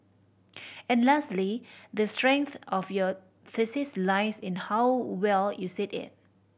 and lastly the strength of your thesis lies in how well you said it